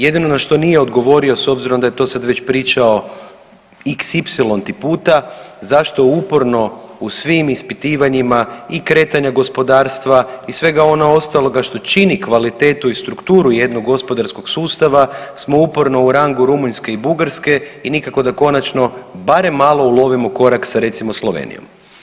Jedino na što nije odgovorio s obzirom da je to sad već pričao xy-ti puta zašto uporno u svim ispitivanjima i kretanja gospodarstva i svega onog ostaloga što čini kvalitetu i strukturu jednog gospodarskog sustava smo uporno u rangu Rumunjske i Bugarske i nikako da konačno barem malo ulovimo korak recimo sa Slovenijom.